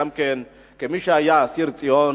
כמי שהיה אסיר ציון.